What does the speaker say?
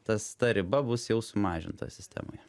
tas ta riba bus jau sumažinta sistemoje